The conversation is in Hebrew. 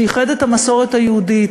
שאיחד את המסורת היהודית,